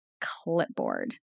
Clipboard